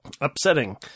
Upsetting